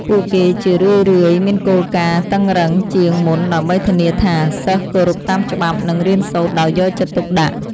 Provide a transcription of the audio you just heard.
ពួកគេជារឿយៗមានគោលការណ៍តឹងរ៉ឹងជាងមុនដើម្បីធានាថា សិស្សគោរពតាមច្បាប់ និងរៀនសូត្រដោយយកចិត្តទុកដាក់។